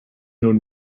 known